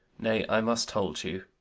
nay, i must hold you.